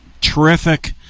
terrific